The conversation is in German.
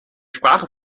sprache